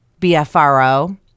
BFRO